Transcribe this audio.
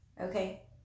okay